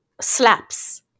slaps